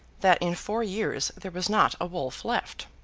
that in four years there was not a wolf left.